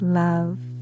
love